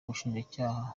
ubushinjacyaha